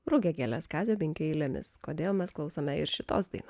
rugiagėles kazio binkio eilėmis kodėl mes klausome iš tos daina